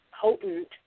potent